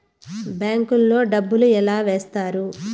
bank లో డబ్బులు ఎలా వేస్తారు